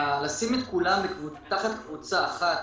לשים את כולם תחת קבוצה אחת